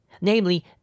Namely